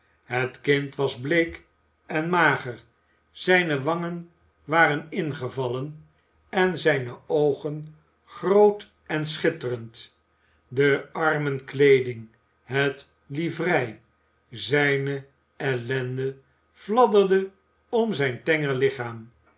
het kind was bleek en mager zijne wangen i waren ingevallen en zijne oogen groot en schit terend de armenkleeding het iivrei zijner ellende j fladderde om zijn tenger lichaam